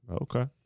Okay